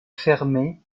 fermée